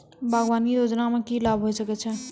बागवानी योजना मे की लाभ होय सके छै?